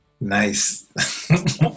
Nice